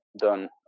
done